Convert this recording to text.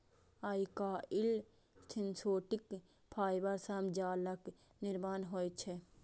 आइकाल्हि synthetic fibre सं जालक निर्माण होइ छै